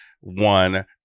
one